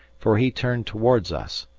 for he turned towards us.